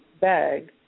bag